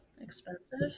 expensive